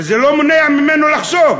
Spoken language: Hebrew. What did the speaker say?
זה לא מונע ממנו לחשוב,